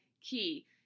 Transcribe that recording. key